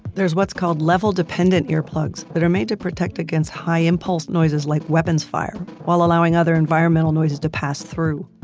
there's what's called level-dependent earplugs that are made to protect against high impulse noises, like weapons fire while allowing other environmental noises to pass through.